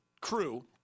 crew